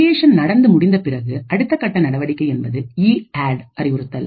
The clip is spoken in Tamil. க்ரியேஷன் நடந்த முடிந்த பிறகு அடுத்த கட்ட நடவடிக்கை என்பது இஅட் அறிவுறுத்தல்